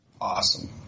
Awesome